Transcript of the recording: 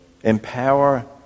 empower